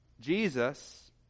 Jesus